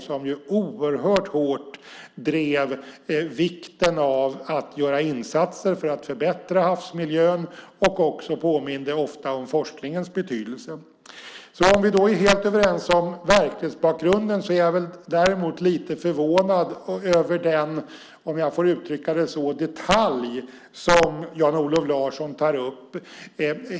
Han drev frågan om vikten av att göra insatser för att förbättra havsmiljön hårt och påminde också ofta om forskningens betydelse. Vi är alltså överens om verklighetsbakgrunden. Jag är däremot lite förvånad över den detalj, om jag får uttrycka det så, som Jan-Olof Larsson tar upp.